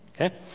Okay